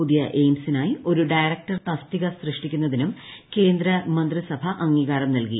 പുതിയ എയിംസിനായി ഒരു ഡയറക്ടർ തസ്തിക സൃഷ്ടിക്കുന്നതിനും കേന്ദ്ര മന്ത്രിസഭ അംഗീകാരം നൽകി